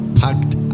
packed